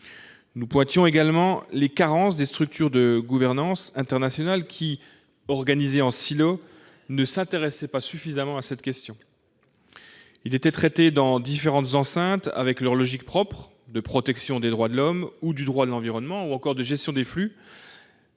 du doigt également les carences des structures de gouvernance internationale qui, organisées en silos, ne s'intéressaient pas suffisamment à cette question. Celle-ci était traitée dans différentes enceintes, qui avaient leurs logiques propres de protection des droits de l'homme, du droit de l'environnement, ou encore de gestion des flux.